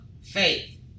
faith